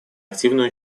активное